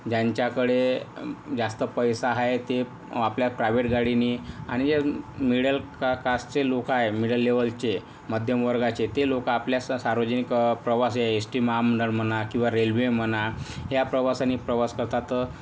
ज्यांच्याकडे जास्त पैसा आहे ते आपल्या प्रायव्हेट गाडीनी आणि जे मिडल का कास्टचे लोक आहेत मिडल लेवलचे मध्यम वर्गाचे ते लोक आपल्या स सार्वजनिक प्रवास हे एस टी महामंडळ म्हणा किंवा रेल्वे म्हणा या प्रवासानी प्रवास करतात